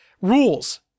Rules